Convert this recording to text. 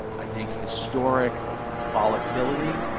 i think, historic volatility,